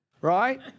Right